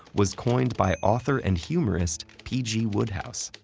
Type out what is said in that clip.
was coined by author and humorist p g. wodehouse.